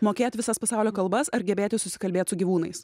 mokėt visas pasaulio kalbas ar gebėti susikalbėt su gyvūnais